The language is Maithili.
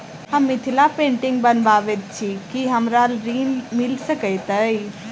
हम मिथिला पेंटिग बनाबैत छी की हमरा ऋण मिल सकैत अई?